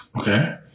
Okay